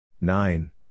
nine